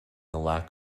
lack